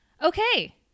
Okay